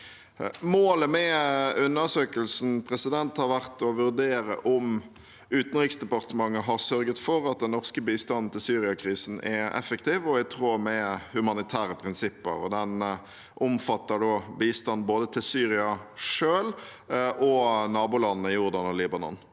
Målet med undersøkelsen har vært å vurdere om Utenriksdepartementet har sørget for at den norske bistanden til Syria-krisen har vært effektiv og i tråd med humanitære prinsipper. Den omfatter bistand til både Syria selv og nabolandene Jordan og Libanon.